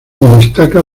destaca